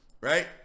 Right